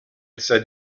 said